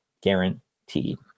guaranteed